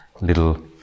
little